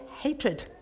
hatred